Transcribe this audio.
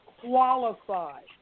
qualified